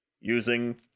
using